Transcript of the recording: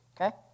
Okay